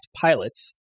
pilots